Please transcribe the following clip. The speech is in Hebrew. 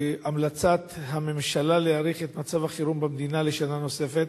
המלצת הממשלה להאריך את מצב החירום במדינה לשנה נוספת.